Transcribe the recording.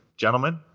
gentlemen